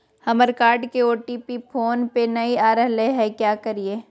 हमर कार्ड के OTP phone पे नई आ रहलई हई, का करयई?